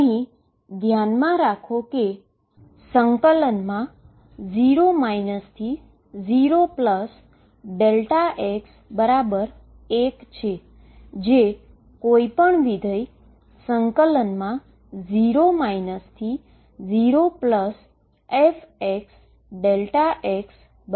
અહી ધ્યાનમાં રાખો કે 0 0x1 જે કોઈપણ ફંક્શન 0 0fδxf થાય છે